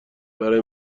برای